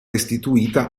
istituita